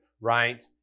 right